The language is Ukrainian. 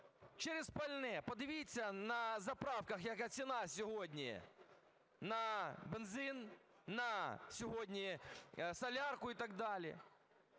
Через пальне. Подивіться на заправках, яка ціна сьогодні на бензин, на сьогодні солярку і так далі.